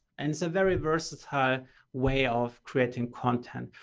and it's a very versatile way of creating content.